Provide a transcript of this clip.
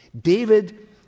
David